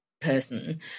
person